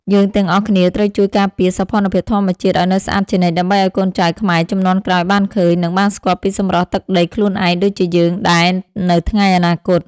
យើងទាំងអស់គ្នាត្រូវជួយការពារសោភ័ណភាពធម្មជាតិឱ្យនៅស្អាតជានិច្ចដើម្បីឱ្យកូនចៅខ្មែរជំនាន់ក្រោយបានឃើញ និង បានស្គាល់ពីសម្រស់ទឹកដីខ្លួនឯងដូចជាយើងដែរនៅថ្ងៃអនាគត។